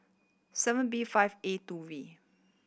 seven B five A two V